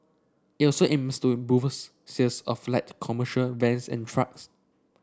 it also aims to sales of light commercial vans and trucks